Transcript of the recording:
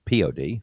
POD